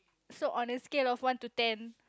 so on a scale of one to ten